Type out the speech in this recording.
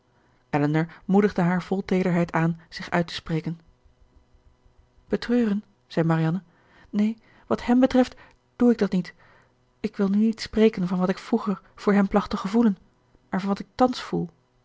elinor moedigde haar vol teederheid aan zich uit te spreken betreuren zei marianne neen wat hèm betreft doe ik dat niet ik wil nu niet spreken van wat ik vroeger voor hem placht te gevoelen maar van wat ik thans voel